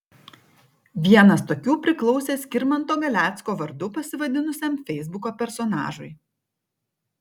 vienas tokių priklausė skirmanto galecko vardu pasivadinusiam feisbuko personažui